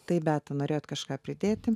taip beata norėjot kažką pridėti